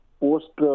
post